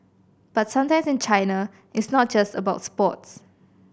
but sometimes in China it's not just about sports